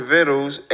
Vittles